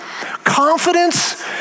confidence